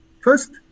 First